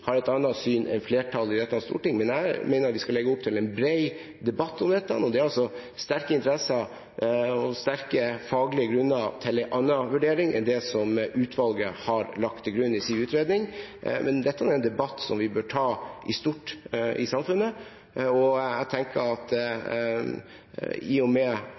har et annet syn enn flertallet i dette storting, men jeg mener vi skal legge opp til en bred debatt om dette. Det er sterke interesser og sterke faglige grunner til en annen vurdering enn det som utvalget har lagt til grunn i sin utredning, men dette er en debatt vi bør ta i stort i samfunnet. Jeg tenker at i og med